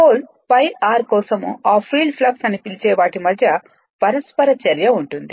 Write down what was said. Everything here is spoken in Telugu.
పోల్ π r కోసం ఆ ఫీల్డ్ ఫ్లక్స్ అని పిలిచే వాటి మధ్య పరస్పర చర్య ఉంటుంది